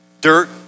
Dirt